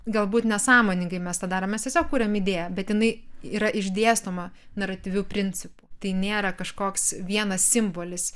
galbūt nesąmoningai mes tą darom mes kuriam idėją bet jinai yra išdėstoma naratyviu principu tai nėra kažkoks vienas simbolis